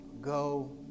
Go